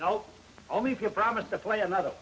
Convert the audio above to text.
now only if your promise to play another